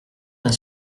d’un